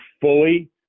fully